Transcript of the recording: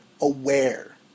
aware